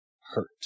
hurt